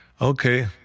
Okay